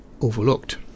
overlooked